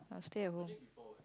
I'll stay at home